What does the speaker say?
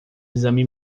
exame